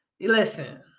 Listen